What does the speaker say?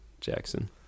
Jackson